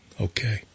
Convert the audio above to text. Okay